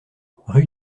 rue